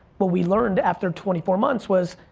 what we learned after twenty four months was,